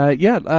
ah yeah,